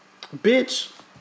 Bitch